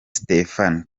stephen